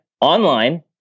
online